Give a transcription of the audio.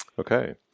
Okay